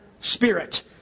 Spirit